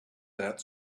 that